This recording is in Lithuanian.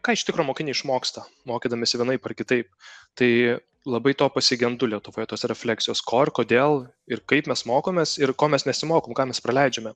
ką iš tikro mokiniai išmoksta mokydamiesi vienaip ar kitaip tai labai to pasigendu lietuvoje tos refleksijos ko ir kodėl ir kaip mes mokomės ir ko mes nesimokom ką mes praleidžiame